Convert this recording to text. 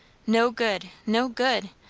no good! no good!